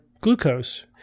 glucose